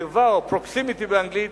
קרבה, או proximity באנגלית,